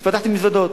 אז פתחתי מזוודות.